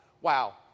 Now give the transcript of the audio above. wow